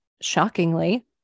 shockingly